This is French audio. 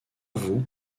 vous